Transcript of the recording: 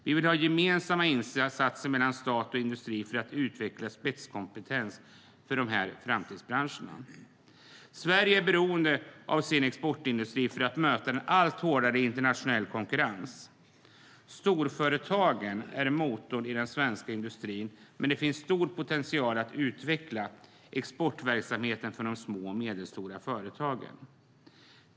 Vi vill ha gemensamma insatser från stat och industri för att utveckla spetskompetens i de här framtidsbranscherna. Sverige är beroende av sin exportindustri för att möta en allt hårdare internationell konkurrens. Storföretagen är motorn i den svenska industrin, men det finns stor potential att utveckla exportverksamheten för de små och medelstora företagen.